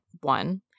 one